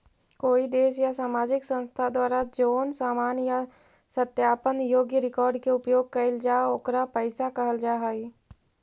कोई देश या सामाजिक संस्था द्वारा जोन सामान इ सत्यापन योग्य रिकॉर्ड के उपयोग कईल जा ओकरा पईसा कहल जा हई